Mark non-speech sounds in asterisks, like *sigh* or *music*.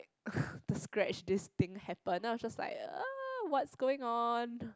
*breath* the scratch this thing happen then I was just like !ah! what's going on